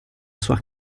sua